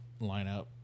lineup